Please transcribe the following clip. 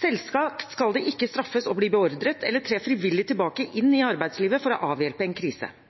Selvsagt skal det ikke straffes å bli beordret eller tre frivillig tilbake inn i arbeidslivet for å avhjelpe en krise,